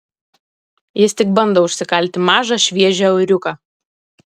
jis tik bando užsikalti mažą šviežią euriuką